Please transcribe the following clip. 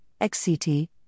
XCT